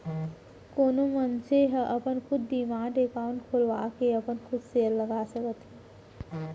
कोनो भी मनसे ह अपन खुद डीमैट अकाउंड खोलवाके अपन खुद सेयर लगा सकत हे